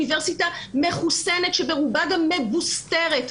אוניברסיטה מחוסנת שברובה גם מבוסטרת.